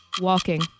walking